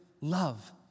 love